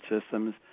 systems